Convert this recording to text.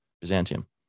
Byzantium